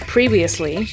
Previously